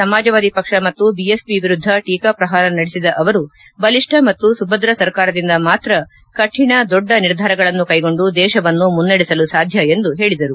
ಸಮಾಜವಾದಿ ಪಕ್ಷ ಮತ್ತು ಬಿಎಸ್ಪಿ ವಿರುದ್ಧ ಟೀಕಾಪ್ರಹಾರ ನಡೆಸಿದ ಅವರು ಬಲಿಷ್ಟ ಮತ್ತು ಸುಭದ್ರ ಸರ್ಕಾರದಿಂದ ಮಾತ್ರ ಕುಣ ದೊಡ್ಡ ನಿರ್ಧಾರಗಳನ್ನು ಕೈಗೊಂಡು ದೇಶವನ್ನು ಮುನ್ನಡೆಸಲು ಸಾಧ್ಯ ಎಂದು ಹೇಳಿದರು